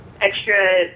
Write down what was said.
extra